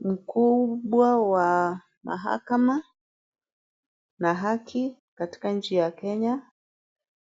Mkubwa wa mahakama na haki katika nchi ya Kenya